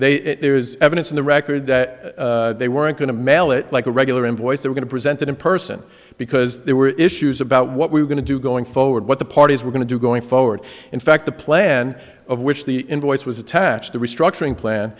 they there is evidence in the record that they weren't going to mail it like a regular invoice they're going to present it in person because there were issues about what we were going to do going forward what the parties were going to do going forward in fact the plan of which the invoice was attached the restructuring plan